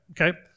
Okay